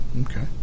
okay